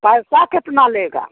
पैसा कितना लेगा